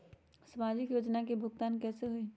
समाजिक योजना के भुगतान कैसे होई?